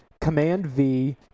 Command-V